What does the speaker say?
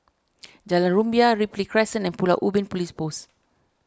Jalan Rumbia Ripley Crescent and Pulau Ubin Police Post